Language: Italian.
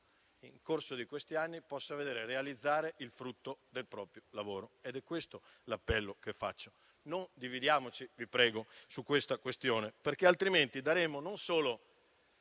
nel corso di questi anni possa vedere realizzare il frutto del proprio lavoro. È questo l'appello che faccio: non dividiamoci, vi prego, su questa tematica, perché altrimenti daremmo